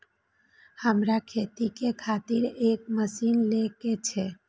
हमरा खेती के खातिर एक मशीन ले के छे?